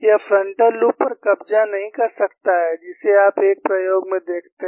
यह frontal lobe पर कब्जा नहीं कर सकता है जिसे आप एक प्रयोग में देखते हैं